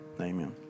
Amen